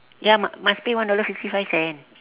ya mu~ must pay one dollar fifty five cent